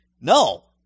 No